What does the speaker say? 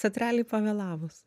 tad realiai pavėlavus